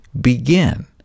begin